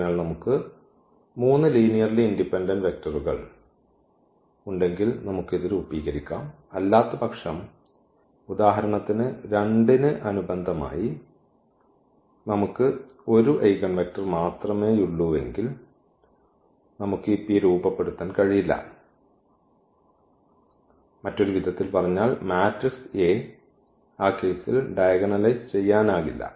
അതിനാൽ നമുക്ക് 3 linearly independence വെക്റ്ററുകൾ ഉണ്ടെങ്കിൽ നമുക്ക് ഇത് രൂപീകരിക്കാം അല്ലാത്തപക്ഷം ഉദാഹരണത്തിന് 2 ന് അനുബന്ധമായി നമുക്ക് 1 ഐഗൻവെക്റ്റർ മാത്രമേയുള്ളൂവെങ്കിൽ നമുക്ക് ഈ P രൂപപ്പെടുത്താൻ കഴിയില്ല മറ്റൊരു വിധത്തിൽ പറഞ്ഞാൽ മാട്രിക്സ് A ആ കേസിൽ ഡയഗണലൈസ് ചെയ്യാനാകില്ല